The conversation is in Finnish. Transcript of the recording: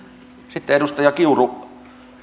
sitten edustaja kiuru me